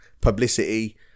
publicity